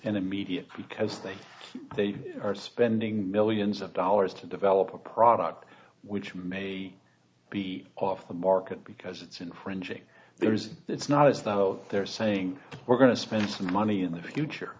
and immediate because they are spending millions of dollars to develop a product which may be off the market because it's infringing there's it's not as though they're saying we're going to spend some money in the future